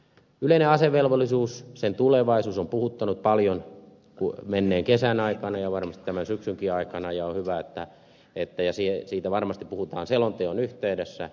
yleinen asevelvollisuus sen tulevaisuus on puhuttanut paljon menneen kesän aikana ja varmasti tämän syksynkin aikana ja siitä varmasti puhutaan selonteon yhteydessä